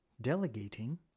Delegating